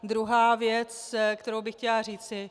Druhá věc, kterou bych chtěla říci.